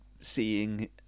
seeing